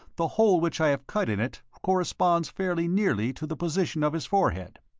the hole which i have cut in it corresponds fairly nearly to the position of his forehead.